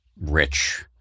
rich